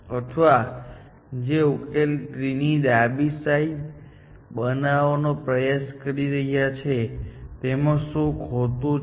અથવા જે ઉકેલ ટ્રી ની ડાબી સાઈડ બનાવવાનો પ્રયાસ કરી રહ્યા છે તેમાં શું ખોટું છે